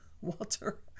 Walter